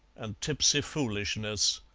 and tipsy foolishness!